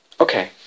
Okay